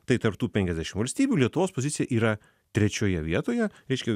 tai tarp tų penkiasdešim valstybių lietuvos pozicija yra trečioje vietoje reiškia